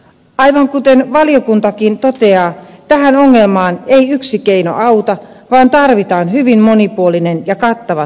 aivan kuten valiokuntakin toteaa tähän ongelmaan ei yksi keino auta vaan tarvitaan hyvin monipuolinen ja kattava toimenpidekokonaisuus